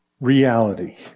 reality